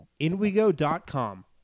InWeGo.com